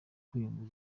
kwiyungura